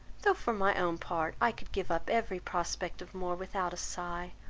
though for my own part, i could give up every prospect of more without a sigh.